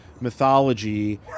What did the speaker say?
mythology